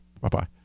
Bye-bye